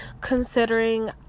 considering